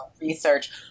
research